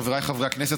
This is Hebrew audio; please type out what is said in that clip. חבריי חברי הכנסת,